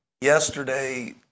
yesterday